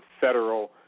federal